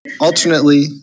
Alternately